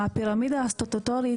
הפירמידה הסטטוטורית,